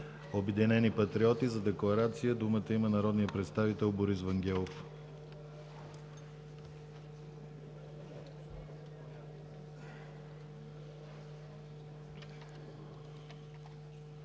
„Обединени патриоти“ за декларация има думата народният представител Борис Вангелов.